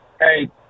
Hey